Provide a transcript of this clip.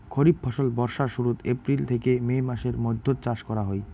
খরিফ ফসল বর্ষার শুরুত, এপ্রিল থেকে মে মাসের মৈধ্যত চাষ করা হই